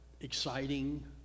exciting